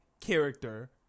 character